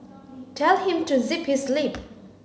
tell him to zip his lip